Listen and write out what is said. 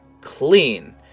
clean